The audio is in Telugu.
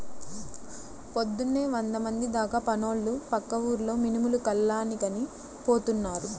పొద్దున్నే వందమంది దాకా పనోళ్ళు పక్క ఊర్లో మినుములు కల్లానికని పోతున్నారు